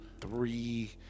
three